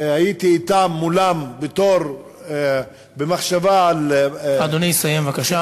הייתי מולם במחשבה, אדוני, סיים בבקשה.